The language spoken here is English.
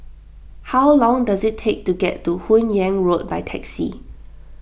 how long does it take to get to Hun Yeang Road by taxi